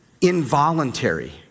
involuntary